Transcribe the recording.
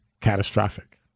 catastrophic